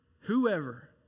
whoever